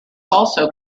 also